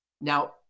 Now